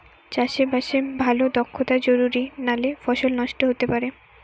চাষে বাসে ভালো দক্ষতা জরুরি নালে ফসল নষ্ট হতে পারে